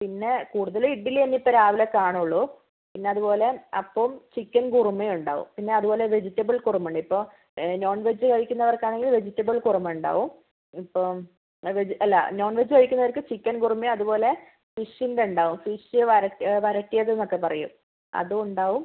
പിന്നെ കൂടുതലും ഇഡ്ഡ്ലി ഒന്നും ഇപ്പം രാവിലെ കാണുള്ളൂ പിന്നെ അതുപോലെ അപ്പവും ചിക്കൻ കുറുമയും ഉണ്ടാവും പിന്നെ അതുപോലെ വെജിറ്റെബിൾ കുറുമയുണ്ട് ഇപ്പോൾ നോൺ വെജ് കഴിക്കുന്നവർക്കാണെങ്കിൽ വെജിറ്റെബിൾ കുറുമയുണ്ടാവും ഇപ്പം വെജ് അല്ല നോൺ വെജ് കഴിക്കുന്നവർക്ക് ചിക്കൻ കുറുമയും അതുപോലെ ഫിഷിൻ്റെ ഉണ്ടാവും ഫിഷ് വര ഫിഷ് വരട്ടിയത് എന്നൊക്കെ പറയും അതും ഉണ്ടാവും